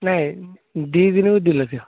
ନାଇଁ ଦୁଇ ଦିନକୁ ଦୁଇ ଲକ୍ଷ